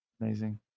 Amazing